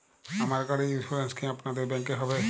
আমার গাড়ির ইন্সুরেন্স কি আপনাদের ব্যাংক এ হবে?